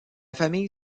famille